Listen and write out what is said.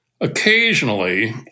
Occasionally